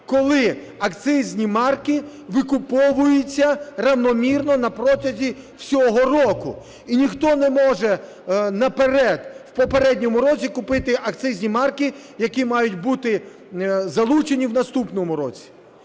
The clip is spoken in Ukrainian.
коли акцизні марки викуповуються рівномірно на протязі всього року. І ніхто не може наперед в попередньому році купити акцизні марки, які мають бути залучені в наступному році.